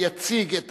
יציג את